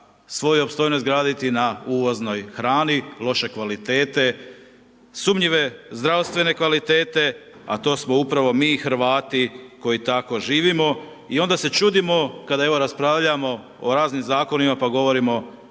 svoju opstojnost graditi na uvoznoj hrani loše kvalitete, sumnjive zdravstvene kvalitete a to smo upravo mi Hrvati koji tako živimo i onda se čudimo kada evo raspravljamo o raznim zakonima pa govorimo